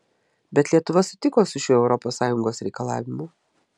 bet lietuva sutiko su šiuo europos sąjungos reikalavimu